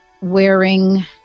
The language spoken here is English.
wearing